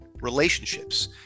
relationships